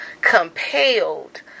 compelled